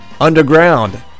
underground